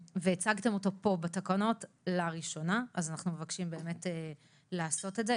הצגתם את זה פה בתקנות לראשונה אז אנחנו מבקשים לעשות את זה.